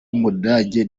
w’umudage